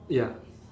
ya